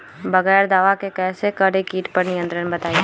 बगैर दवा के कैसे करें कीट पर नियंत्रण बताइए?